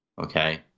Okay